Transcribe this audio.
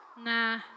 Nah